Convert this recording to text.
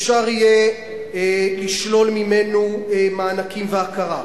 אפשר יהיה לשלול ממנו מענקים והכרה,